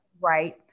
Right